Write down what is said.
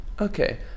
Okay